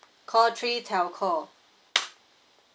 call three telco